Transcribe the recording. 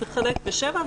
תחלק בשבע,